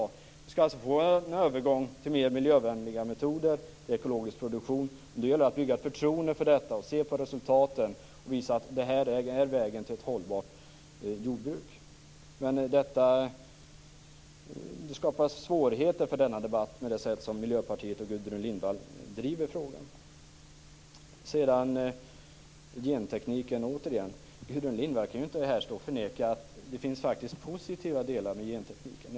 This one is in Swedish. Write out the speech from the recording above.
Om vi skall få en övergång till mer miljövänliga metoder och ekologisk produktion gäller det att bygga ett förtroende för detta, se på resultaten och visa att detta är vägen till ett hållbart jordbruk. Det sätt som Miljöpartiet och Gudrun Lindvall driver frågan skapar svårigheter för denna debatt. Gentekniken återigen: Gudrun Lindvall kan inte här förneka att det faktiskt finns positiva aspekter av gentekniken.